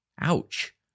Ouch